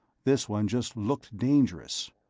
this one just looked dangerous.